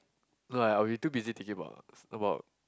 no I'll be too busy thinking about about